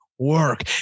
work